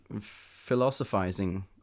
philosophizing